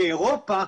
באירופה,